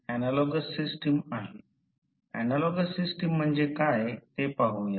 analogous system म्हणजे काय ते पाहूया